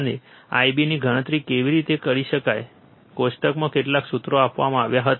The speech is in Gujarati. અને IB ની ગણતરી કેવી રીતે કરી શકાય કોષ્ટકમાં કેટલાક સૂત્રો આપવામાં આવ્યા હતા